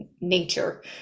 nature